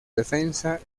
defensa